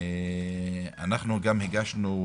אנחנו גם הגשנו,